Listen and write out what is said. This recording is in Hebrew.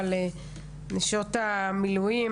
על נשות המילואים,